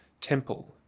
Temple